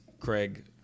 Craig